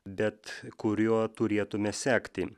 bet kuriuo turėtume sekti